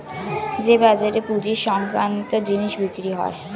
যে বাজারে পুঁজি সংক্রান্ত জিনিস বিক্রি হয়